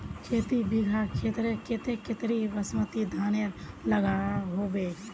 खेती बिगहा खेतेर केते कतेरी बासमती धानेर लागोहो होबे?